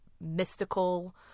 mystical